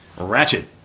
Ratchet